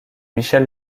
michel